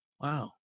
Wow